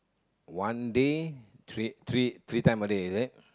one day three three three time a day is it